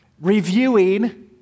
reviewing